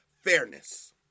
fairness